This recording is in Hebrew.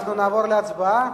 אנחנו נעבור להצבעה,